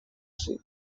seen